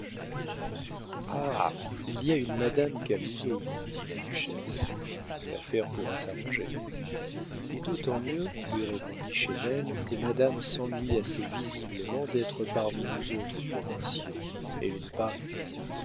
il y a une madame camusot dit la duchesse l'affaire pourra s'arranger et d'autant mieux lui répondit chesnel que madame s'ennuie assez visiblement d'être parmi nous autres provinciaux elle est de paris